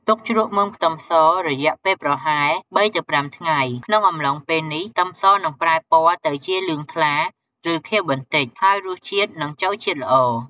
ទុកជ្រក់មើមខ្ទឹមស រយៈពេលប្រហែល ៣ទៅ៥ ថ្ងៃ ក្នុងអំឡុងពេលនេះ ខ្ទឹមសនឹងប្រែពណ៌ទៅជាលឿងថ្លា ឬខៀវបន្តិច ហើយរសជាតិនឹងចូលជាតិល្អ។